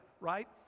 right